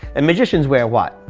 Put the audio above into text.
and magician's wear what?